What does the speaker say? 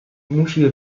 musi